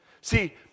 See